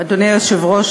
אדוני היושב-ראש,